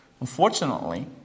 Unfortunately